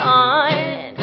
on